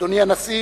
אדוני הנשיא,